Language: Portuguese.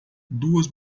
duas